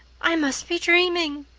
i must be dreaming.